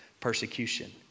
persecution